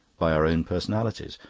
by our own personalities.